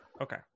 Okay